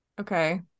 okay